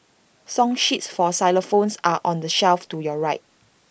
song sheets for xylophones are on the shelf to your right